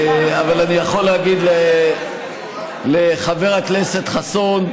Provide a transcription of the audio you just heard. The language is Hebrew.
אבל אני יכול להגיד לחבר הכנסת חסון: